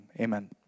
amen